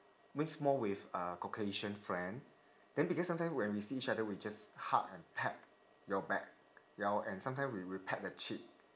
mix more with uh caucasian friend then because sometime when we see each other we just hug and pat your back ya and sometime we will peck the cheek